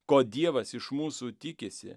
ko dievas iš mūsų tikisi